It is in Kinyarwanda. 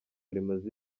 rimaze